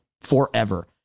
forever